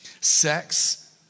Sex